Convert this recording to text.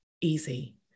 easy